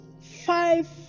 five